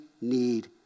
need